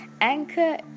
anchor